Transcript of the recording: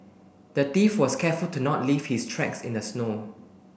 the thief was careful to not leave his tracks in the snow